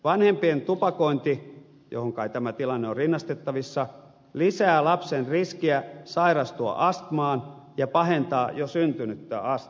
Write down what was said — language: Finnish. vanhempien tupakointi johon kai tämä tilanne on rinnastettavissa lisää lapsen riskiä sairastua astmaan ja pahentaa jo syntynyttä astmaa